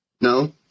No